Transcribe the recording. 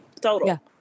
total